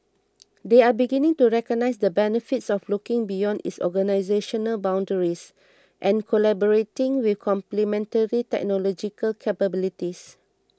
they are beginning to recognise the benefits of looking beyond its organisational boundaries and collaborating with complementary technological capabilities